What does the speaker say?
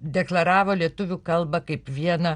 deklaravo lietuvių kalbą kaip vieną